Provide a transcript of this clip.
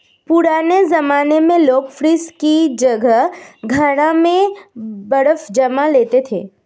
पुराने जमाने में लोग फ्रिज की जगह घड़ा में बर्फ जमा लेते थे